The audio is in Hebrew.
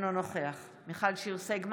אינו נוכח מיכל שיר סגמן,